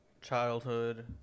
childhood